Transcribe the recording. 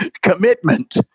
commitment